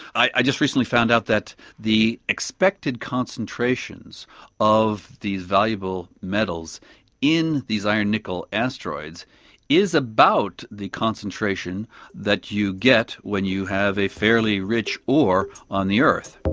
i just recently found out that the expected concentrations of these valuable metals in these iron nickel asteroids is about the concentration that you get when you have a fairly rich ore on the earth.